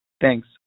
Thanks